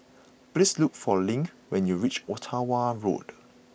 please look for Link when you reach Ottawa Road